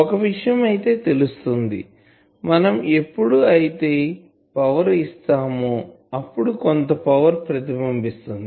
ఒక విషయం అయితే తెలుస్తుంది మనం ఎప్పుడు అయితే పవర్ ఇస్తామో అప్పుడు కొంత పవర్ ప్రతిబింబిస్తుంది